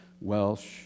Welsh